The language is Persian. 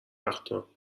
وقتها